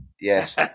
Yes